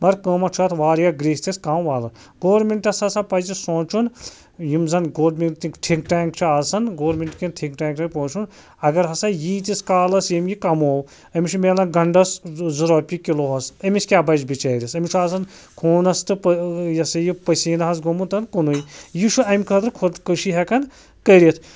مگر قۭمَت چھُ اَتھ واریاہ گرٛیٖستِس کَم گورمٮ۪نٛٹَس ہَسا پَزِ سونٛچُن یِم زَن گورمٮ۪نٛٹٕکۍ تھِنٛک ٹینٛک چھِ آسان گورمٮ۪نٛٹکٮ۪ن تھِنٛک ٹینٛکرَن اگر ہَسا ییٖتِس کالَس ییٚمہِ یہِ کَمو أمِس چھُ مِلان گَنٛڈَس زٕ رۄپیہِ کِلوٗہَس أمِس کیٛاہ بَچہِ بِچٲرِس أمِس چھُ آسان خوٗنَس تہٕ یہِ ہَسا یہِ پسیٖنَہ ہَس گوٚمُت کُنُے یہِ چھُ اَمہِ خٲطرٕ خودکُشی ہٮ۪کان کٔرِتھ